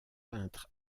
peintre